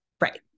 Right